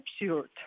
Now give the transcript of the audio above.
absurd